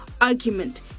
argument